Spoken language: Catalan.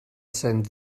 cens